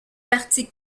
parti